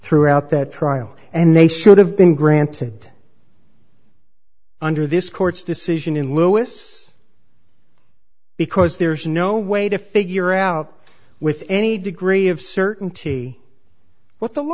throughout that trial and they should have been granted under this court's decision in lewis because there's no way to figure out with any degree of certainty what the law